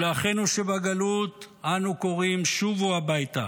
ולאחינו שבגלות אנו קוראים: שובו הביתה.